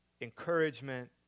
encouragement